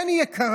כן, היא יקרה,